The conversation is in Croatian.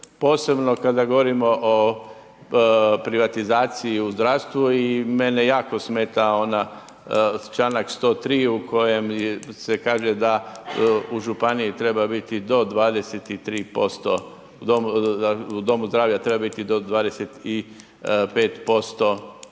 posebno kada govorimo o privatizaciji u zdravstvu i mene jako smeta onaj članak 103. u kojem se kaže da u županiji treba biti do 23% u domu zdravlja treba biti do 25%